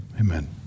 Amen